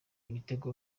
ibitego